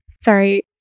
sorry